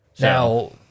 Now